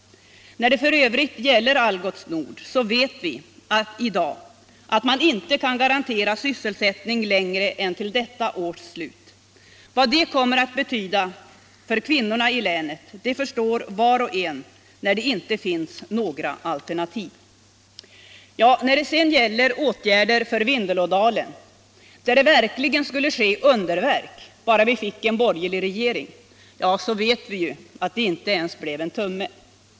När det f.ö. gäller Algots vet vi i dag att man inte kan garantera sysselsättning längre än till detta års slut. Vad detta kommer att betyda för kvinnorna i länet förstår var och en när det inte finns några alternativ. När det sedan gäller åtgärder för Vindelådalen, där det verkligen skulle ske underverk bara vi fick en borgerlig regering, så vet vi ju att det inte ens blev en tumme.